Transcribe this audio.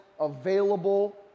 available